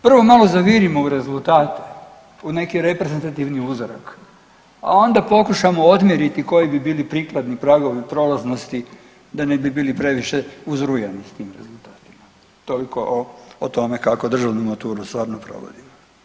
Prvo malo zavirimo u rezultat, u neki reprezentativni uzorak, a onda pokušamo odmjeriti koji bi bili prikladni pragovi prolaznosti da ne bi bili previše uzrujani s tim rezultatima, toliko o tome kako državnu maturu stvarno provodimo.